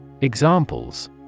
Examples